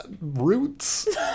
Roots